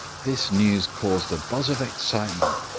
this news caused a buzz of excitement.